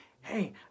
hey